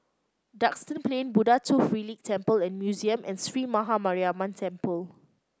Duxton Plain Buddha Tooth Relic Temple and Museum and Sree Maha Mariamman Temple